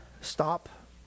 Stop